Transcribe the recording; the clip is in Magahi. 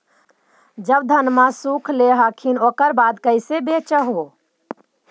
जब धनमा सुख ले हखिन उकर बाद कैसे बेच हो?